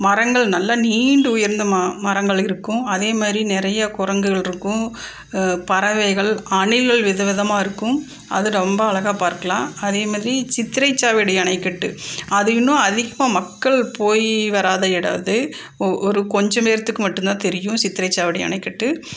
மரங்கள் நல்ல நீண்டு உயர்ந்த மரங்கள் இருக்கும் அதே மாதிரி நிறைய குரங்குகளிருக்கும் பறவைகள் அணில்கள் விதவிதமாக இருக்கும் அது ரொம்ப அழகா பார்க்கலாம் அதே மாதிரி சித்திரை சாவடி அணைக்கட்டு அது இன்னும் அதிகமாக மக்கள் போய் வராத இடம் அது ஒரு கொஞ்சம் பேர்துக்கு மட்டும்தான் தெரியும் சித்திரை சாவடி அணை கட்டு